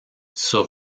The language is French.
sur